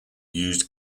used